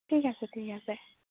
ঠিক আছে ঠিক আছে